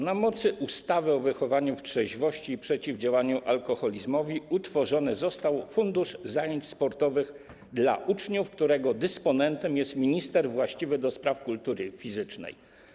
Na mocy ustawy o wychowaniu w trzeźwości i przeciwdziałaniu alkoholizmowi utworzony został Fundusz Zajęć Sportowych dla Uczniów, którego dysponentem jest minister właściwy do spraw kultury fizycznej.